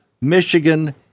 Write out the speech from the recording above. Michigan